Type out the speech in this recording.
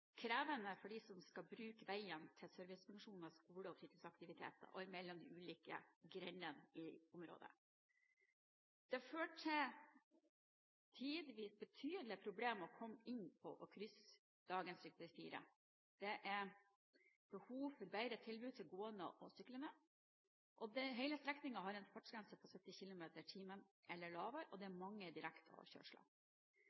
krevende for dem som skal bruke veien til servicefunksjoner, skole og fritidsaktiviteter og mellom de ulike grendene i området. Trafikkmengden fører til tidvis betydelige problemer med å komme inn på og krysse dagens rv. 4. Det er behov for bedre tilbud til gående og syklende. Hele strekningen har en fartsgrense på 70 km/t eller lavere, og det er